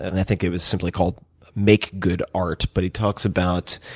and i think it was simply called make good art. but he talks about,